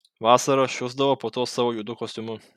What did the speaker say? vasarą šusdavo po tuo savo juodu kostiumu